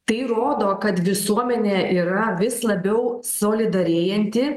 tai rodo kad visuomenė yra vis labiau solidarėjanti